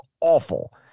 awful